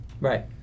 Right